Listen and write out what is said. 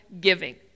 giving